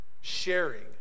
sharing